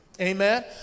Amen